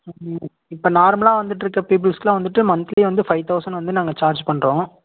ம் ம் இப்போ நார்மலாக வந்துட்டிருக்க பீப்பிள்ஸ்க்கெலாம் வந்துட்டு மந்த்லி வந்து ஃபை தௌசண்ட் வந்து நாங்கள் சார்ஜ் பண்ணுறோம்